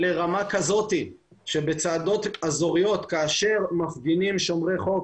לרמה כזאת שבצעדות אזוריות כאשר מפגינים שומרים חוק